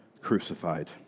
crucified